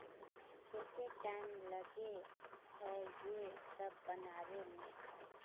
केते टाइम लगे है ये सब बनावे में?